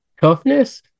Toughness